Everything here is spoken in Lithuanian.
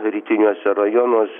rytiniuose rajonuose